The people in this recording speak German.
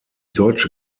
deutsche